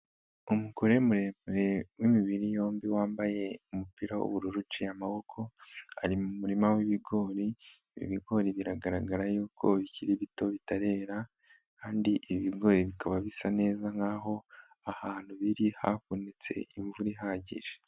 Umugore muremu w'imibiri yombi wambaye umupira w'ubururu uciye amaboko, ari mu murima w'ibigori, ibi bigori biragaragara yuko bikiri bito bitarera kandi ibi bigori bikaba bisa neza nkaho ahantu biri habonetse imvura ihagije.